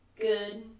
good